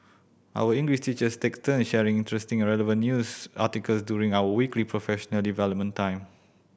our English teachers take turn sharing interesting and relevant news article during our weekly professional development time